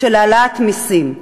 של העלאת מסים.